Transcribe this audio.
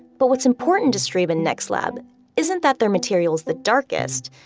but what's important to strebe and necstlab isn't that their material's the darkest,